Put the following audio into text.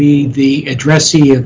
be the address he